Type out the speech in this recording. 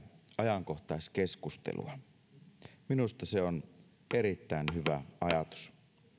ajankohtaiskeskustelua työllisyydestä minusta se on erittäin hyvä ajatus